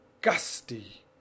gusty